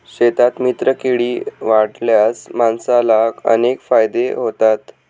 शेतात मित्रकीडी वाढवल्यास माणसाला अनेक फायदे होतात